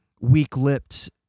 weak-lipped